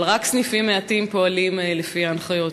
אבל רק סניפים מעטים פועלים לפי ההנחיות.